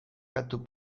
kantu